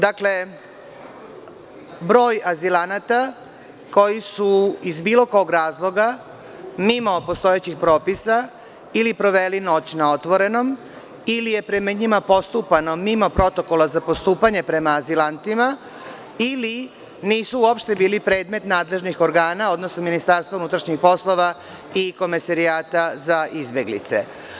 Dakle, broj azilanata koji su iz bilo kog razloga, mimo postojećih propisa, ili proveli noć na otvorenom ili je prema njima postupano mimo protokola za postupanje prema azilantima ili nisu uopšte bili predmet nadležnih organa, odnosno Ministarstva unutrašnjih poslova i Komesarijata za izbeglice.